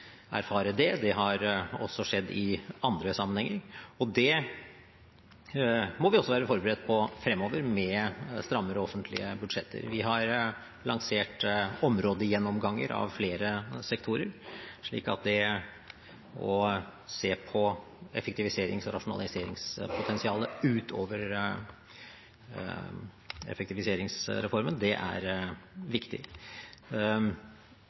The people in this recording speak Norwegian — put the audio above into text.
erfare det. Det har også skjedd i andre sammenhenger, og det må vi også være forberedt på fremover, med strammere offentlige budsjetter. Vi har lansert områdegjennomganger av flere sektorer, så det å se på effektiviserings- og rasjonaliseringspotensialet utover effektiviseringsreformen er viktig. Miljødirektoratet har vært gjennom en sterk vekstfase, og det er